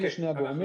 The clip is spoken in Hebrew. אלה שני הגורמים,